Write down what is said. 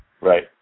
Right